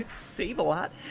Save-A-Lot